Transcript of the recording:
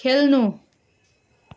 खेल्नु